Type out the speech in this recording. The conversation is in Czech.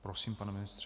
Prosím, pane ministře.